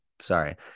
sorry